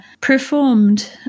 performed